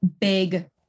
big